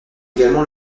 également